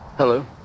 Hello